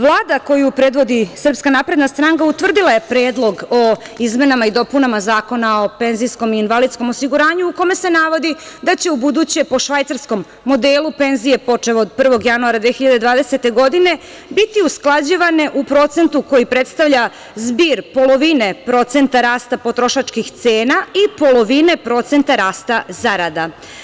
Vlada koju predvodi SNS utvrdila je Predlog o izmenama i dopunama Zakona o PIO u kome se navodi da će u buduće po švajcarskom modelu penzije, počev od 1. januara 2020. godine, biti usklađivane u procentu koji predstavlja zbir polovine procenta rasta potrošačkih cena i polovine procenta rasta zarada.